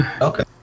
Okay